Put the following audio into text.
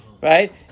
right